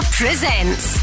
presents